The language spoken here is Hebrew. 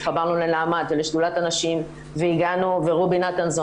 התחברנו לנעמ"ת ולשדולת הנשים ורובי נתנזון